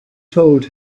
told